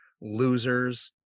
losers